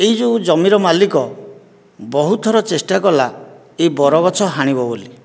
ଏହି ଯେଉଁ ଜମିର ମାଲିକ ବହୁତ ଥର ଚେଷ୍ଟା କଲା ଏ ବରଗଛ ହାଣିବ ବୋଲି